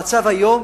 המצב היום